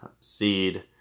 seed